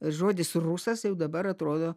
žodis rusas jau dabar atrodo